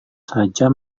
saja